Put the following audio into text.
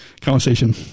conversation